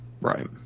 Right